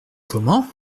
comment